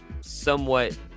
somewhat